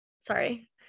Sorry